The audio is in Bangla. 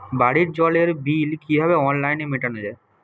বাড়ির জলের বিল কিভাবে অনলাইনে মেটানো যায়?